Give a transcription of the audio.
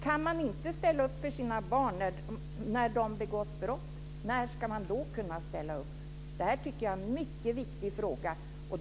Kan man inte ställa upp för sina barn när de har begått brott, när ska man då kunna ställa upp? Jag tycker att det är en mycket viktig fråga.